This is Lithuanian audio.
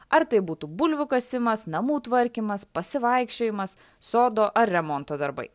ar tai būtų bulvių kasimas namų tvarkymas pasivaikščiojimas sodo ar remonto darbai